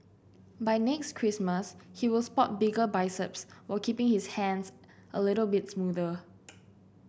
by next Christmas he will spot bigger biceps while keeping his hands a little bit smoother